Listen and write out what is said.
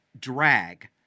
drag